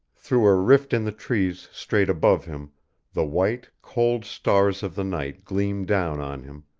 through a rift in the trees straight above him the white, cold stars of the night gleamed down on him,